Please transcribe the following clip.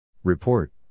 Report